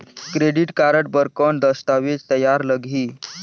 Credit card बर कौन दस्तावेज तैयार लगही?